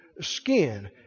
skin